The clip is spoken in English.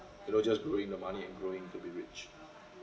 you know just growing the money and growing to be rich